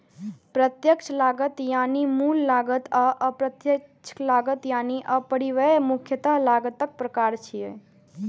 प्रत्यक्ष लागत यानी मूल लागत आ अप्रत्यक्ष लागत यानी उपरिव्यय मुख्यतः लागतक प्रकार छियै